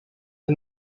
the